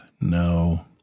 No